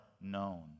known